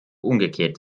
umgekehrt